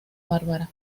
bárbara